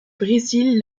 brésil